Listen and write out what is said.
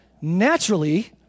naturally